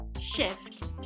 shift